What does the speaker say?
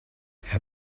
herr